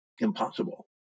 impossible